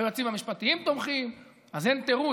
היועצים המשפטיים תומכים אז אין תירוץ.